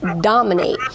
Dominate